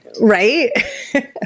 right